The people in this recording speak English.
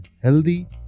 healthy